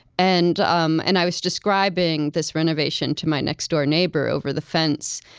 and um and i was describing this renovation to my next-door neighbor over the fence,